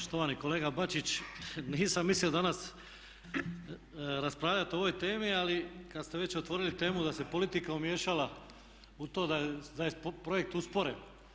Štovani kolega Bačić, nisam mislio danas raspravljati o ovoj temi ali kada ste već otvorili temu da se politika umiješala u to da je projekt usporen.